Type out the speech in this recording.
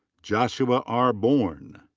joshua r. born.